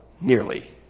nearly